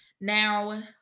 Now